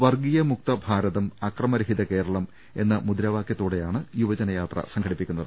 വർഗീയ മുക്തഭാരതം അക്രമരഹിത കേരളം എന്ന മുദ്രാവാക്യ ത്തോടെയാണ് യുവജന യാത്ര സംഘടിപ്പിക്കുന്നത്